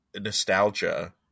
nostalgia